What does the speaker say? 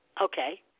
Okay